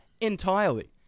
Entirely